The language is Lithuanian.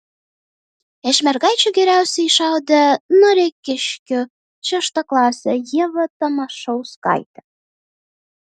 iš mergaičių geriausiai šaudė noreikiškių šeštaklasė ieva tamašauskaitė